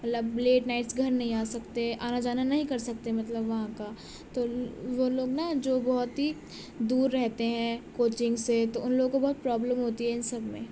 مطلب late nights گھر نہیں آ سکتے آنا جانا نہیں کر سکتے مطلب وہاں کا تو وہ لوگ نہ جو بہت ہی دور رہتے ہیں کوچنگ سے تو ان لوگوں کو بہت پروبلم ہوتی ہے ان سب میں